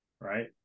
right